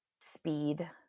Speed